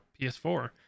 ps4